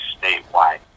statewide